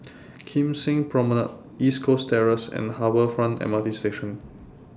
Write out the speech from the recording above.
Kim Seng Promenade East Coast Terrace and Harbour Front MRT Station